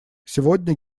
сегодня